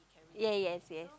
ya yes yes